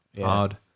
hard